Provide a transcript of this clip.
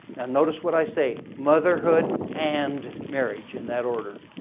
and notice what i say motherhood and marriage in that order.